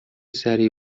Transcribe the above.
سریع